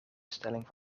stelling